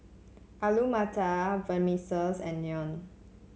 Alu Matar and Naan